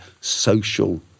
social